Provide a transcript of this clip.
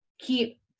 keep